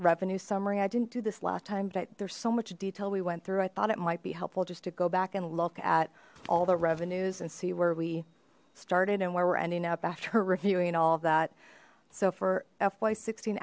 revenue summary i didn't do this last time but there's so much detail we went through i thought it might be helpful just to go back and look at all the revenues and see where we started and where we're ending up after reviewing all that so for fy sixteen